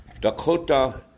Dakota